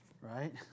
right